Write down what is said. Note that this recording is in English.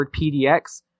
PDX